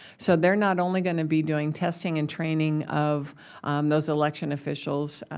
so, they're not only going to be doing testing and training of those election officials,